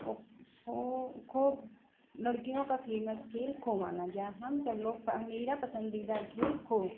को खो खो लड़कियों का फे़मस खेल खो माना गया हम सब लोग मेरा पसंदीदा खेल खो